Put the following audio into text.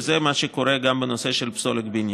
וזה מה שקורה גם בנושא של פסולת בניין.